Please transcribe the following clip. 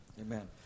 Amen